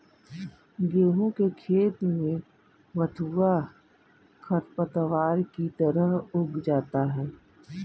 गेहूँ के खेत में बथुआ खरपतवार की तरह उग आता है